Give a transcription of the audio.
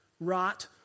Rot